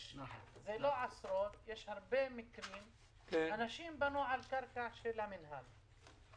יש הרבה מקרים של אנשים שבנו על קרקע של המינהל,